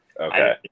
Okay